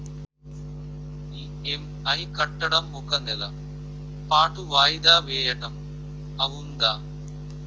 EMI కట్టడం ఒక నెల పాటు వాయిదా వేయటం అవ్తుందా?